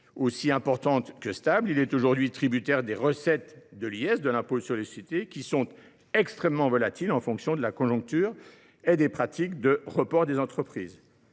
importante et stable. Il est aujourd’hui tributaire des recettes de l’impôt sur les sociétés (IS) qui sont extrêmement volatiles en fonction de la conjoncture et des pratiques de report des entreprises.